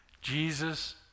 Jesus